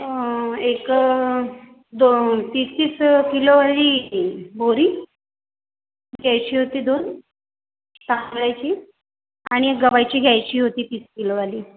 एक दो तीस तीस किलोवाली ती बोरी घ्यायची होती दोन तांदळाची आणि एक गव्हाची घ्यायची होती तीस किलोवाली